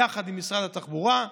יחד עם משרד התחבורה,